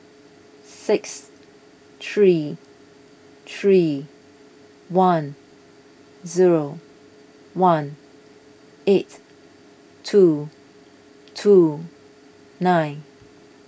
six three three one zero one eight two two nine